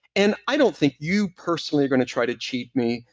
and i don't think you personally are going to try to cheat me.